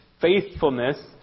faithfulness